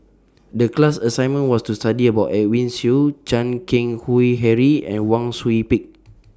The class assignment was to study about Edwin Siew Chan Keng Howe Harry and Wang Sui Pick